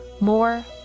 more